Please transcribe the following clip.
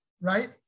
right